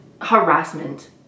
harassment